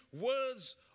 words